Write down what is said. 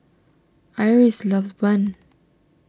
Iris loves Bun